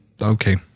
Okay